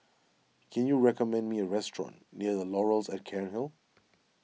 can you recommend me a restaurant near the Laurels at Cairnhill